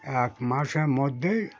এক মাসের মধ্যেই